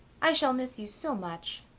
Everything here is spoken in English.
i shall miss you so much.